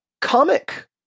comic